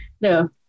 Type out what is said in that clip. no